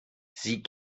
sie